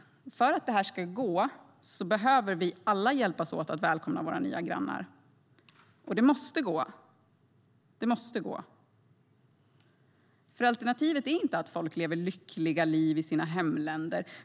För att det här ska gå behöver vi alla hjälpas åt att välkomna våra nya grannar - och det måste gå. Alternativet är nämligen inte att människor lever lyckliga liv i sina hemländer.